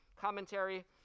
commentary